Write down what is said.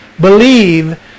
believe